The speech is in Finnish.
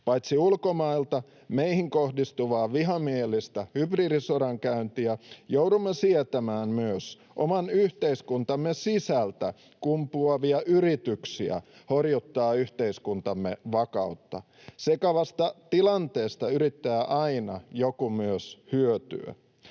Paitsi ulkomailta meihin kohdistuvaa vihamielistä hybridisodankäyntiä, joudumme sietämään myös oman yhteiskuntamme sisältä kumpuavia yrityksiä horjuttaa yhteiskuntamme vakautta. Sekavasta tilanteesta yrittää aina joku myös hyötyä.